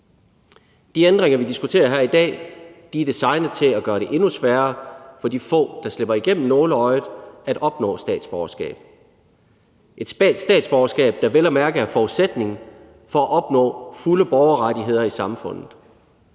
De ændringer, vi diskuterer her i dag, er designet til at gøre det endnu sværere for de få, der slipper igennem nåleøjet, at opnå statsborgerskab – et statsborgerskab, der vel at mærke er forudsætningen for at opnå fulde borgerrettigheder i samfundet;